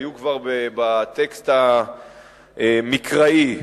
היו כבר בטקסט המקראי.